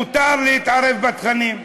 מותר להתערב בתכנים,